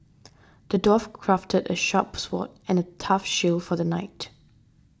the dwarf crafted a sharp sword and a tough shield for the knight